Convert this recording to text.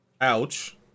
ouch